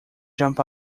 jump